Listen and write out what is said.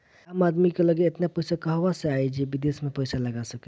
आम आदमी की लगे एतना पईसा कहवा से आई जे विदेश में पईसा लगा सके